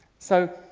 so.